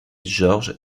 george